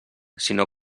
sinó